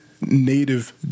native